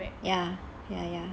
ya